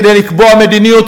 כדי לקבוע מדיניות,